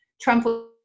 Trump